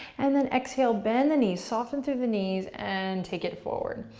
and the exhale bend the knees, soften through the knees and take it forward.